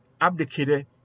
abdicated